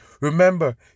Remember